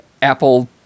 Apple